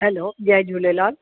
hello जय झूलेलाल